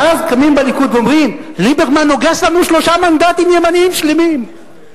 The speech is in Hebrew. ואז קמים בליכוד ואומרים: ליברמן נוגס לנו שלושה מנדטים ימניים שלמים,